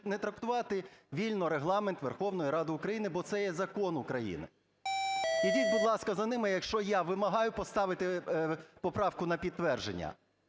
не трактувати вільно Регламент Верховної Ради України, бо це є закон України. Підіть, будь ласка, за ними, якщо я вимагаю поставити поправку на підтвердження,